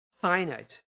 finite